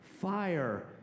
fire